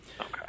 Okay